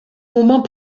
moment